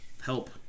help